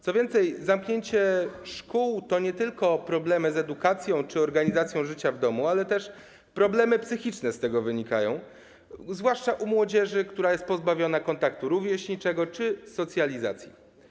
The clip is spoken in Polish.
Co więcej, zamknięcie szkół oznacza nie tylko problemy związane z edukacją czy organizacją życia w domu, ale też problemy psychiczne, które z tego wynikają, zwłaszcza u młodzieży, która jest pozbawiona kontaktu rówieśniczego czy możliwości socjalizacji.